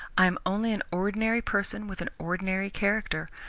i am only an ordinary person with an ordinary character,